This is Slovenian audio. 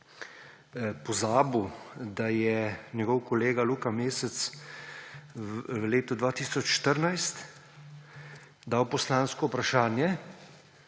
pozabil, da je njegov kolega Luka Mesec v letu 2014 dal poslansko vprašanje